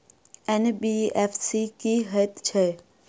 NBFC की हएत छै?